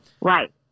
Right